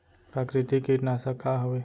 प्राकृतिक कीटनाशक का हवे?